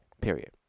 period